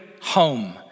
home